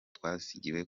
twasigiwe